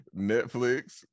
Netflix